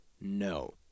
no